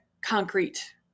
concrete